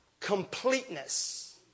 Completeness